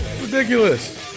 Ridiculous